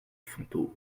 fantômes